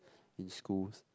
in schools